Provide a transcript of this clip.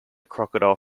crocodile